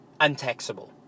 untaxable